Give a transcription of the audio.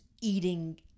eating